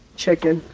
chicken